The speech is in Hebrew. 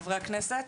חברי הכנסת,